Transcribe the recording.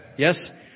Yes